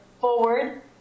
forward